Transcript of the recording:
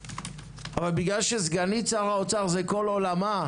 אבל בגלל שסגנית שר האוצר זה כל עולמה,